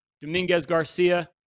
Dominguez-Garcia